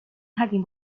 jardín